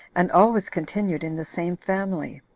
and always continued in the same family.